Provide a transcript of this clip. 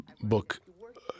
book